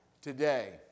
Today